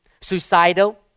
suicidal